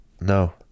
No